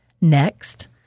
Next